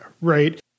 right